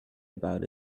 about